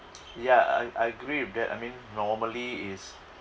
ya I I agree with that I mean normally is